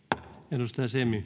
arvoisa